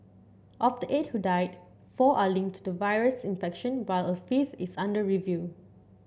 of the eight who died four are linked to the virus infection while a fifth is under review